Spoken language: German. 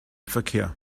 verkehr